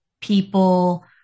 people